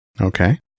Okay